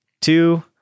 two